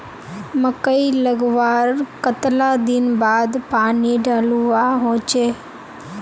मकई लगवार कतला दिन बाद पानी डालुवा होचे?